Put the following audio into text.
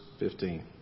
15